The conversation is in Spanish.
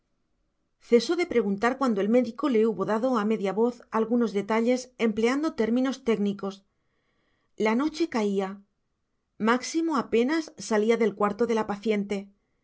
cesó de preguntar cuando el médico le hubo dado a media voz algunos detalles empleando términos técnicos la noche caía máximo apenas salía del cuarto de la paciente